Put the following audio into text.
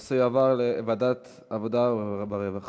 הנושא יועבר לוועדת העבודה והרווחה.